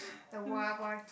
the !wah! !wah!